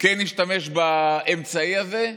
כן נשתמש באמצעי הזה,